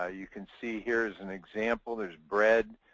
ah you can see here's an example. there's bread,